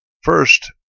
First